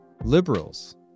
Liberals